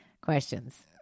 questions